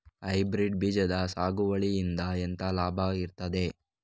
Hybrid ಬೀಜದ ಸಾಗುವಳಿಯಿಂದ ಎಂತ ಲಾಭ ಇರ್ತದೆ?